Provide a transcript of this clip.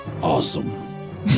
Awesome